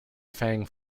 fang